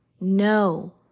no